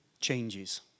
changes